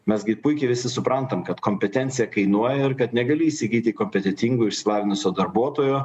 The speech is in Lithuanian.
mes gi puikiai visi suprantam kad kompetencija kainuoja ir kad negali įsigyti kompetentingo išsilavinusio darbuotojo